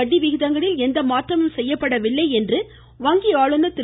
வட்டி விகிதங்களில் எந்த மாற்றமும் செய்யப்படவில்லை என்று வங்கி ஆளுநர் திரு